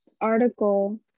article